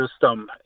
system